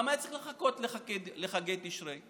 למה היה צריך לחכות לחגי תשרי?